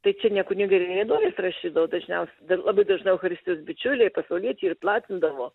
tai čia ne kunigai ir ne vienuolės rašydavo dažniausiai dar labai dažnai eucharistijos bičiuliai pasauliečiai ir platindavo